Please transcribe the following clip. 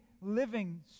living